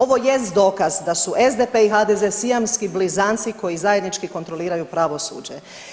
Ovo jest dokaz da su SDP i HDZ sijamski blizanci koji zajednički kontroliraju pravosuđe.